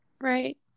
right